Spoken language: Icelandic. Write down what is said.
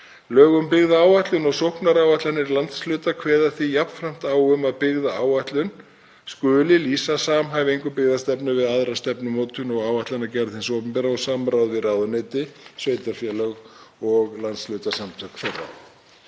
Lög um byggðaáætlun og sóknaráætlanir landshluta kveða því jafnframt á um að byggðaáætlun skuli lýsa samhæfingu byggðastefnu við aðra stefnumótun og áætlanagerð hins opinbera og samráði við ráðuneyti, sveitarfélög og landshlutasamtök þeirra.